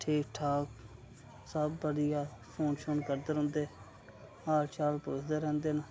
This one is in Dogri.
ठीक ठीक ठाक सब बधिया फोन शोन करदे रौंह्दे हाल चाल पुच्छदे रैंह्दे न